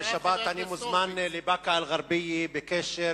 בשבת אני מוזמן לבאקה-אל-ע'רביה בקשר